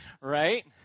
right